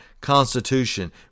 Constitution